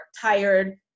tired